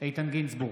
איתן גינזבורג,